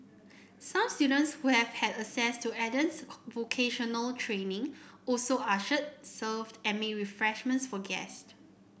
some students who have had access to Eden's vocational training also ushered served and made refreshment for guest